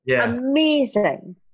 Amazing